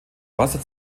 wasser